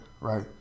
right